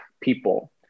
people